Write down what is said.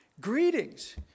greetings